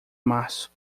março